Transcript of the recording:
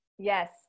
Yes